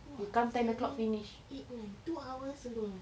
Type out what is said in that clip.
!wah! seven eight nine two hours only